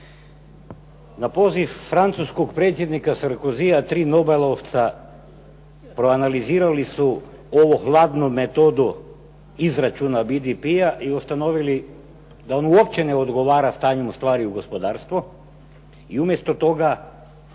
Na poziv francuskog predsjednika Sarkozya tri nobelovca proanalizirali su ovu hladnu metodu izračuna BDP-a i ustanovili da on uopće ne odgovara stanjem stvari u gospodarstvu i umjesto toga